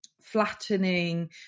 flattening